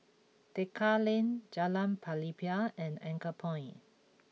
Tekka Lane Jalan Pelepah and Anchorpoint